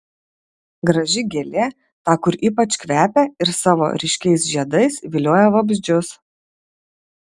graži gėlė ta kur ypač kvepia ir savo ryškiais žiedais vilioja vabzdžius